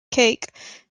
cake